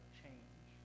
change